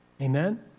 Amen